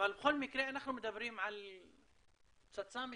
בכל מקרה אנחנו מדברים על פצצה מתקתקת.